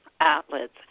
outlets